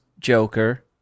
joker